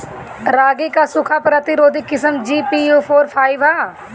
रागी क सूखा प्रतिरोधी किस्म जी.पी.यू फोर फाइव ह?